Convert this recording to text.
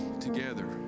together